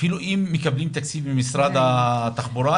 אפילו אם מקבלים תקציבים ממשרד התחבורה,